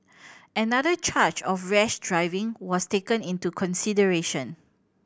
another charge of rash driving was taken into consideration